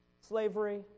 slavery